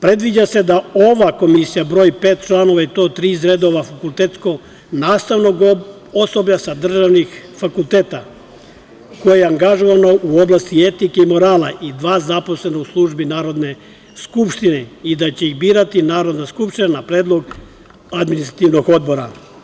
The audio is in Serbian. Predviđa se da ova Komisija broji pet članova i to tri iz redova fakultetsko-nastavnog osoblja sa državnih fakulteta koje je angažovano u oblasti etike i morala i dva zaposlena u službi Narodne skupštine i da će ih birati Narodna skupština na predlog Administrativnog odbora.